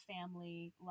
family